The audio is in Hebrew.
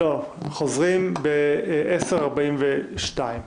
(הישיבה נפסקה בשעה 10:37 ונתחדשה בשעה 10:42.)